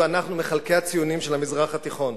אנו מחלקי הציונים של המזרח התיכון.